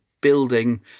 building